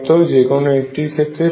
এক্ষেত্রেও H কমিউটেটরটির মান শূন্য হয়